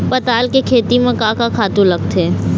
पताल के खेती म का का खातू लागथे?